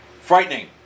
frightening